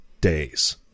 days